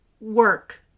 work